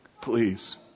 please